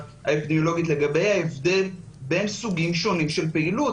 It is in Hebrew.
האפידמיולוגית לגבי ההבדל בין סוגים שונים של פעילות.